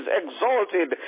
exalted